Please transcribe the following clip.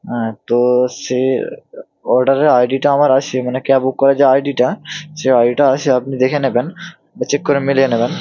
হ্যাঁ তো সে ওটাতে আইডিটা আমার আছে মানে ক্যাব বুক করার যে আইডিটা সেই আইডিটা আছে আপনি দেখে নেবেন বা চেক করে মিলিয়ে নেবেন